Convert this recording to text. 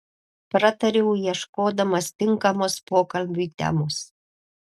pratariau ieškodamas tinkamos pokalbiui temos